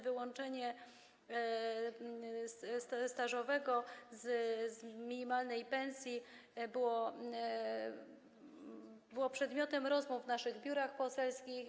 Wyłączenie dodatku stażowego z minimalnej pensji było przedmiotem rozmów w naszych biurach poselskich.